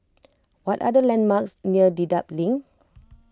what are the landmarks near Dedap Link